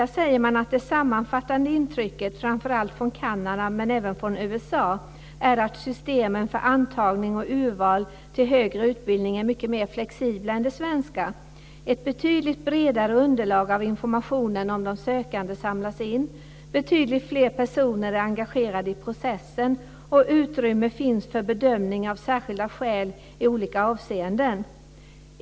Där säger man: "Det sammanfattande intrycket, framförallt från Kanada men även från USA, är att systemen för antagning och urval till högre utbildning är mycket mer flexibla än det svenska. Ett betydligt bredare underlag av information om de sökande samlas in, betydligt fler personer är engagerade i processen och utrymme finns för bedömning av särskilda skäl i olika avseenden.